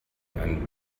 ein